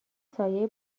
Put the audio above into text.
سایه